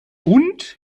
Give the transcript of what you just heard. und